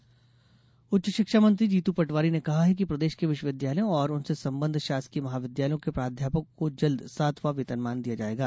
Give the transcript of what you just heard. वेतनमान उच्च शिक्षा मंत्री जीतू पटवारी ने कहा है कि प्रदेश के विश्वविद्यालयों और उनसे संबद्व शासकीय महाविद्यालयों के प्राध्यापकों को जल्द सातवां वेतनमान दिया जायेगा